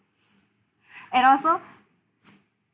and also